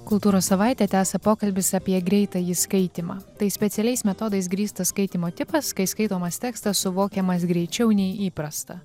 kultūros savaitė tęsia pokalbius apie greitąjį skaitymą tai specialiais metodais grįstas skaitymo tipas kai skaitomas tekstas suvokiamas greičiau nei įprasta